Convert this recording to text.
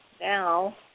now